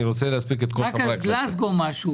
אני רוצה להספיק את כל חברי הכנסת.